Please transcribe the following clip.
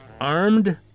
armed